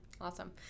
Awesome